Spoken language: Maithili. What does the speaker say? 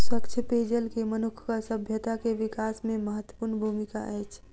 स्वच्छ पेयजल के मनुखक सभ्यता के विकास में महत्वपूर्ण भूमिका अछि